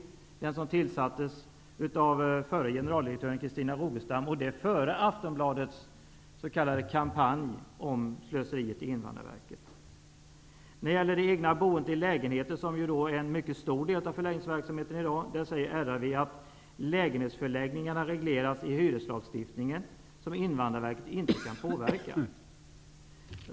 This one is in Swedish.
Den utredningen tillsattes av Invandrarverkets förra generaldirektör Christina Rogestam, före När det gäller eget boende i lägenheter, som utgör en mycket stor del av förläggningsverksamheten i dag, säger RRV att lägenhetsförläggningarna regleras i hyreslagstiftningen, som Invandrarverket inte kan påverka.